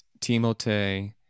Timote